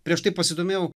prieš tai pasidomėjau